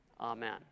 Amen